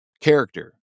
character